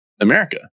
America